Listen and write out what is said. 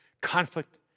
conflict